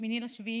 ב-8 ביולי,